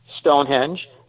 Stonehenge